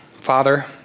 Father